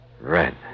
Red